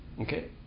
okay